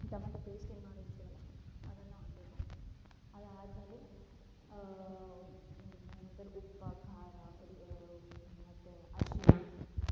tomato ಪೇಸ್ಟ್ನ ಮಾಡಿರ್ತೀವಲ್ಲ ಅದನ್ನು ಹಾಕಬೇಕು ಅದಾದಮೇಲೆ ಉಪ್ಪು ಮತ್ತು ಅರ್ಶಿಣ ಧನ್ಯ